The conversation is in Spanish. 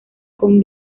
con